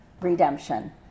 redemption